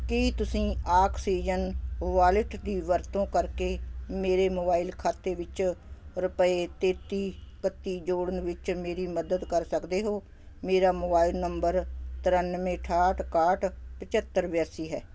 ਕੀ ਤੁਸੀਂ oxygen wallet ਦੀ ਵਰਤੋਂ ਕਰਕੇ ਮੇਰੇ ਮੋਬਾਈਲ ਖਾਤੇ ਵਿੱਚ ਰੁਪਏ ਤੇਤੀ ਇਕੱਤੀ ਜੋੜਨ ਵਿੱਚ ਮੇਰੀ ਮਦਦ ਕਰ ਸਕਦੇ ਹੋ ਮੇਰਾ ਮੋਬਾਈਲ ਨੰਬਰ ਤਰਾਨਵੇਂ ਅਠਾਹਠ ਇਕਾਹਠ ਪਝੱਤਰ ਬਿਆਸੀ ਹੈ